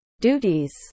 duties